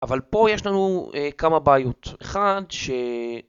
אבל פה יש לנו כמה בעיות, אחד ש...